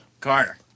Carter